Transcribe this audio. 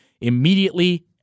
immediately